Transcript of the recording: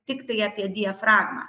tiktai apie diafragmą